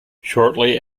shortly